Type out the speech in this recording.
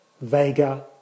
Vega